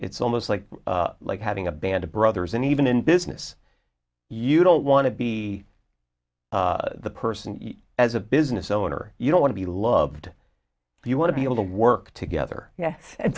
it's almost like like having a band of brothers and even in business you don't want to be the person as a business owner you don't want to be loved you want to be able to work together